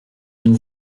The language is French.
nous